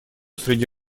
среди